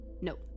no